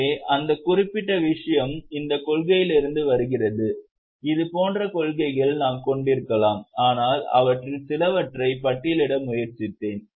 எனவே அந்த குறிப்பிட்ட விஷயம் இந்த கொள்கையிலிருந்து வருகிறது இது போன்ற கொள்கைகளை நாம் கொண்டிருக்கலாம் ஆனால் அவற்றில் சிலவற்றை பட்டியலிட முயற்சித்தேன்